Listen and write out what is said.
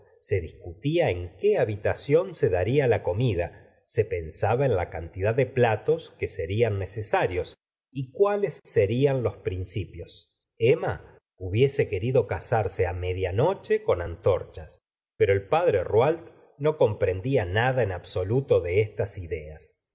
se discutía en qué habitación se daría la comida se pensaba en la cantidaj de platos que serian necesarios y cuales serían los principios emma hubiese querido casarse media noche con antorchas pero el padre rouault no comprendía la señora de bovary nada en absoluto de estas ideas